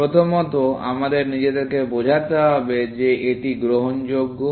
প্রথমত আমাদের নিজেদেরকে বোঝাতে হবে যে এটি গ্রহণযোগ্য